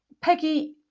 Peggy